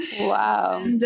Wow